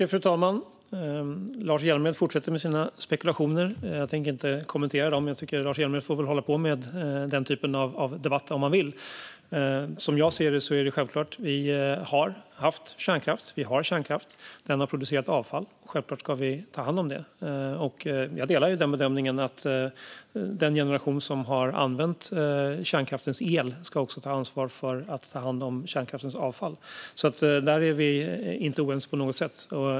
Fru talman! Lars Hjälmered fortsätter med sina spekulationer. Jag tänker inte kommentera dem; Lars Hjälmered får väl hålla på med den typen av debatt om han vill. Som jag ser det är det självklart. Vi har haft kärnkraft, och vi har kärnkraft. Den har producerat avfall, och självklart ska vi ta hand om det. Jag delar bedömningen att den generation som har använt kärnkraftens el också ska ta ansvar för att ta hand om kärnkraftens avfall; där är vi inte oense på något sätt.